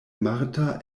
marta